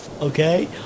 okay